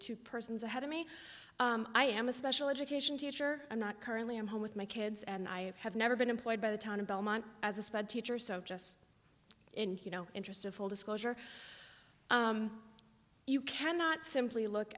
two persons ahead of me i am a special education teacher i'm not currently i'm home with my kids and i have never been employed by the town of belmont as a sped teacher so just you know interest of full disclosure you cannot simply look